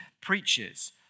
preaches